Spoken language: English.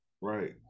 Right